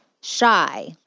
shy